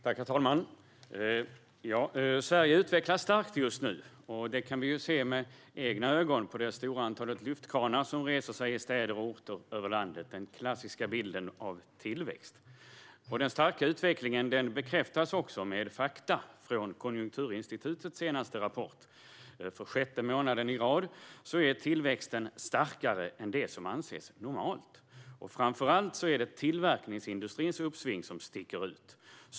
Herr talman! Sverige utvecklas just nu starkt. Detta kan vi se med egna ögon om vi tittar på det stora antal lyftkranar som reser sig i städer och orter runt om i landet. Det är en klassisk bild av tillväxt. Den starka utvecklingen bekräftas också av fakta från Konjunkturinstitutets senaste rapport. För sjätte månaden i rad är tillväxten starkare än vad som anses normalt. Framför allt sticker tillverkningsindustrins uppsving ut.